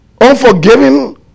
Unforgiving